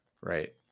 right